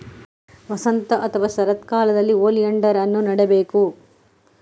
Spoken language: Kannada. ವಸಂತ ಅಥವಾ ಶರತ್ಕಾಲದಲ್ಲಿ ಓಲಿಯಾಂಡರ್ ಅನ್ನು ನೆಡಬೇಕು